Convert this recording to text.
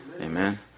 Amen